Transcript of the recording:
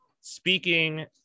speaking